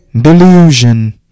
Delusion